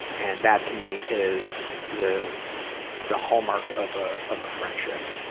and that, to me, is the the hallmark of ah of a friendship.